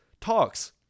talks